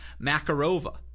Makarova